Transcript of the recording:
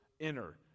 enter